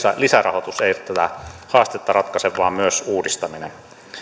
lisärahoitus ei tätä haastetta ratkaise vaan myös uudistaminen